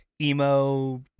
emo